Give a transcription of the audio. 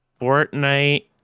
Fortnite